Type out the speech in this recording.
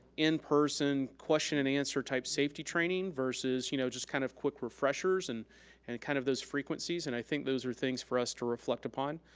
in person question and answer type safety training versus you know just kind of quick refreshers and and kind of those frequencies and i think those are things for us to reflect upon.